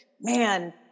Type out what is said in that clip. man